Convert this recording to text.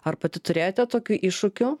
ar pati turėjote tokių iššūkių